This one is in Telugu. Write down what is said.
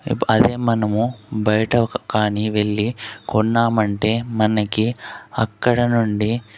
ఇప్పు అదే మనము బయట కానీ వెళ్ళి కొన్నామంటే మనకి అక్కడ నుండి